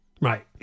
Right